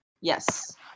Yes